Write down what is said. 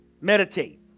meditate